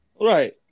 Right